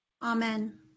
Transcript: amen